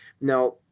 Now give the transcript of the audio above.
Now